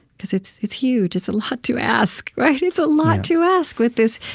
because it's it's huge. it's a lot to ask, right? it's a lot to ask, with this